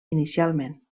inicialment